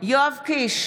יואב קיש,